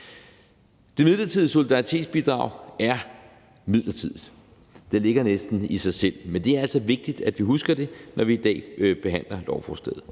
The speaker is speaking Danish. Det midlertidige solidaritetsbidrag er midlertidigt, det giver næsten sig selv, men det er altså vigtigt, at vi husker det, når vi i dag behandler lovforslaget.